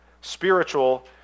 spiritual